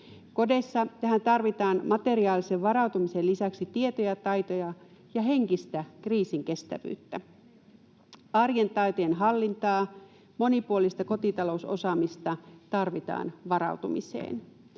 Kodeissa tähän tarvitaan materiaalisen varautumisen lisäksi tietoja, taitoja ja henkistä kriisinkestävyyttä. Arjen taitojen hallintaa, monipuolista kotitalousosaamista tarvitaan varautumiseen.